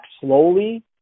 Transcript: slowly